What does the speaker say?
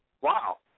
Wow